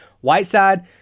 Whiteside